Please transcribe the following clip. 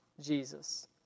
Jesus